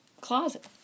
closet